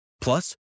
Plus